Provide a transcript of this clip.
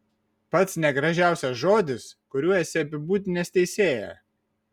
pats negražiausias žodis kuriuo esi apibūdinęs teisėją